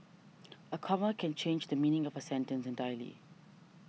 a comma can change the meaning of a sentence entirely